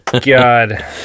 God